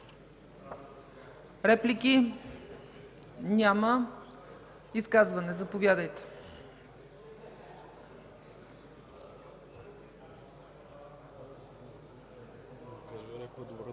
Реплики? Няма. Изказване. Заповядайте.